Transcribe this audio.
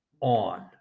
on